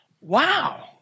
wow